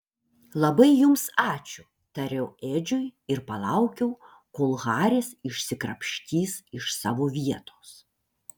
labai jums ačiū tariau edžiui ir palaukiau kol haris išsikrapštys iš savo vietos